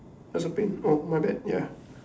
that's the play~ oh my bad ya